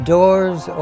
Doors